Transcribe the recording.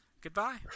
goodbye